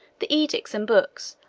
the edicts and books,